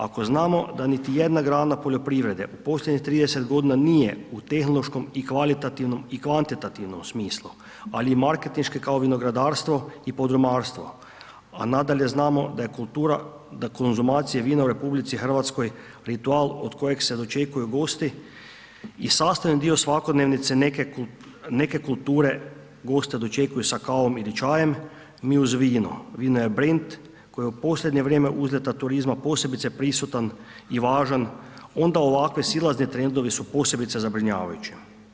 Ako znamo da niti jedna grada poljoprivrede u posljednje 30.g. nije u tehnološkom i kvalitativnom i kvantitativnom smislu, ali i marketinške kao vinogradarstvo i podrumarstvo, a nadalje znamo da je kultura, da konzumacije vina u RH ritual od kojeg se dočekuju gosti i sastavni dio svakodnevnice neke kulture goste dočekuju sa kavom ili čajem, mi uz vino, vino je brend koji u posljednje vrijeme uzleta turizma posebice prisutan i važan, onda ovakve silazne trendove su posebice zabrinjavajuće.